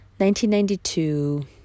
1992